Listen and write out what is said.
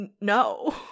no